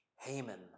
Haman